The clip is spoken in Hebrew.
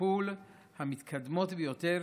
הטיפול המתקדמות ביותר